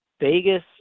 Vegas